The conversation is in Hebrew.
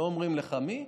לא אומרים לך מי,